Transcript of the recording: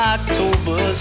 October